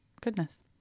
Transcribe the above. Goodness